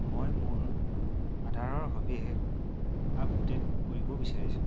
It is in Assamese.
মই মোৰ আধাৰৰ সবিশেষ আপডে'ট কৰিব বিচাৰিছোঁ